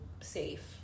safe